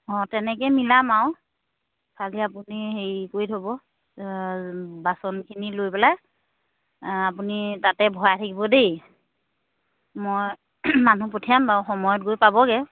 অঁ তেনেকৈ মিলাম আৰু খালি আপুনি হেৰি কৰি থ'ব বাচনখিনি লৈ পেলাই আপুনি তাতে ভৰাই থাকিব দেই মই মানুহ পঠিয়াম বাৰু সময়ত গৈ পাবগৈ